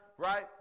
Right